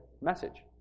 message